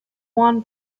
juan